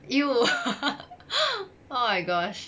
!eww! oh my gosh